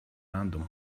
random